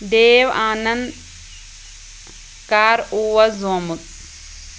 دیو آنَنٛد کَر اوس زامُت